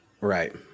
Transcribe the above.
Right